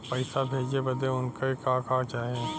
पैसा भेजे बदे उनकर का का चाही?